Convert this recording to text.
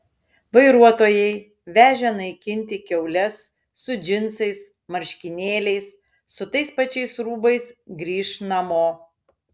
vairuotojai vežę naikinti kiaules su džinsais marškinėliais su tais pačiais rūbais grįš namo